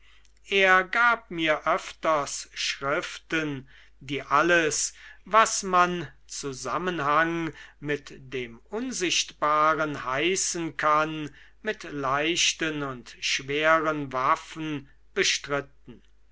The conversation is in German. er gab mir öfters schriften die alles was man zusammenhang mit dem unsichtbaren heißen kann mit leichten und schweren waffen bestritten